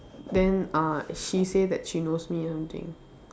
then uh she say that she knows me or something